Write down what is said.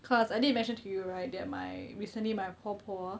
cause I did mention to you right that my recently my 婆婆